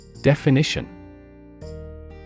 Definition